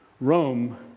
Rome